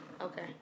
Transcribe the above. Okay